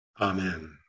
Amen